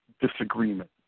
disagreement